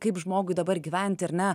kaip žmogui dabar gyventi ar ne